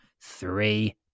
three